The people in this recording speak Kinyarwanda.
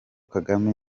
kagame